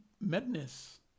madness